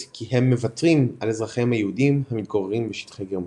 כי הם "מוותרים" על אזרחיהם היהודים המתגוררים בשטחי גרמניה,